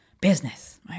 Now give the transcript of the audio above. business